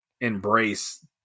embrace